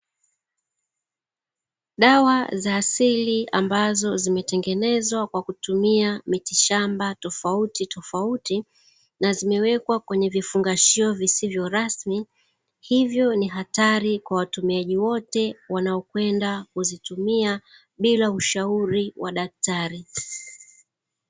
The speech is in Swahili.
Dawa za asili ambazo zimetengenezwa kwa kutumia mitishamba tofautitofauti na zimewekwa kwenye vifungashio visivyo rasmi, hivyo ni hatari kwa watumiaji wote wanaokwendaa kuzitumia bila ushauri wa daktari.